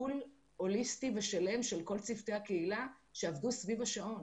ואז לא הצטרכנו את מרפאות ההתפרצות.